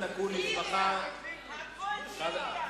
דברים שרואים מכאן לא רואים משם.